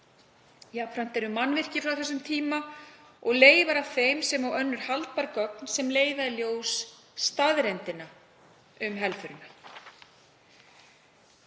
Jafnframt eru mannvirki frá þessum tíma og leifar af þeim sem og önnur haldbær gögn sem leiða í ljós staðreyndina um helförina.